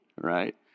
right